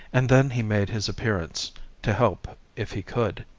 and then he made his appearance to help if he could,